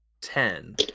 ten